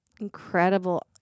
incredible